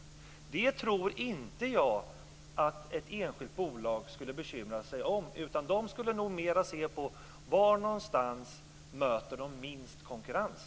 Det tror inte jag att ett enskilt bolag skulle bekymra sig om. De skulle nog mer se på var någonstans de möter minst konkurrens.